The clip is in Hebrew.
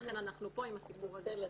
לכן אנחנו פה עם הסיפור הזה.